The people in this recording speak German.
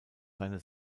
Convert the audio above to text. seine